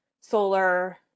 Solar